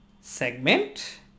segment